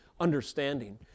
understanding